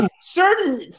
certain